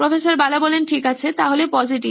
প্রফ্ বালা ঠিক আছে তাহলে পজিটিভ